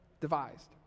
devised